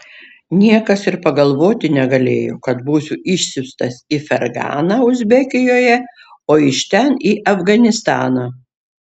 niekas ir pagalvoti negalėjo kad būsiu išsiųstas į ferganą uzbekijoje o iš ten į afganistaną